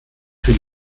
für